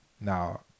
now